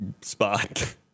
spot